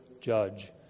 judge